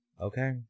okay